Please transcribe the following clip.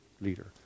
leader